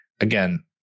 Again